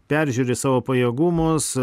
peržiūri savo pajėgumus